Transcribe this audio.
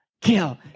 Kill